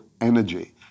energy